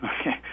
okay